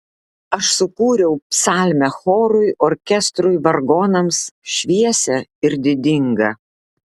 aš sukūriau psalmę chorui orkestrui vargonams šviesią ir didingą